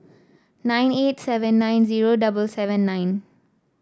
nine eight seventy nine zero double seven nine